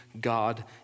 God